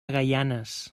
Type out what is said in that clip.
gaianes